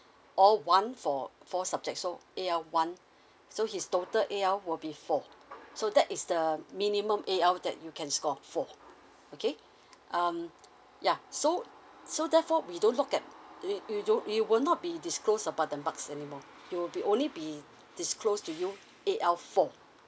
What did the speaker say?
all one for four subject so A_L one so his total A_L will be four so that is the minimum A_L that you can score four okay um yeah so so therefore we don't look at you you don't you will not be disclose about the marks anymore you'll be only be disclosed to you A_L four